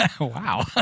Wow